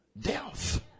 death